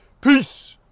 Peace